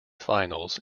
finals